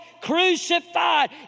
crucified